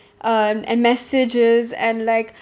um and messages and like